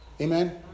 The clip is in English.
Amen